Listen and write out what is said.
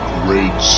great